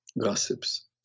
gossips